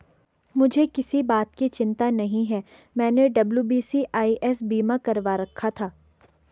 मुझे किसी बात की चिंता नहीं है, मैंने डब्ल्यू.बी.सी.आई.एस बीमा करवा रखा था